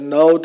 no